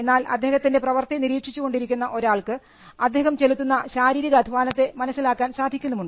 എന്നാൽ അദ്ദേഹത്തിൻറെ പ്രവർത്തി നിരീക്ഷിച്ചുകൊണ്ടിരിക്കുന്ന ഒരാൾക്ക് അദ്ദേഹം ചെലുത്തുന്ന ശാരീരിക അധ്വാനത്തെ മനസ്സിലാക്കുവാൻ സാധിക്കുന്നുമുണ്ട്